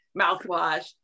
mouthwash